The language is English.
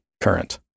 current